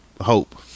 hope